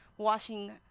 Washing